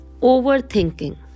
Overthinking